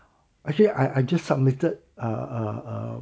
actually I I just submitted err err err